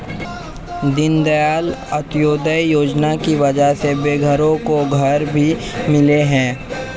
दीनदयाल अंत्योदय योजना की वजह से बेघरों को घर भी मिले हैं